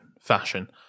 fashion